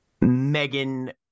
Megan